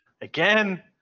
again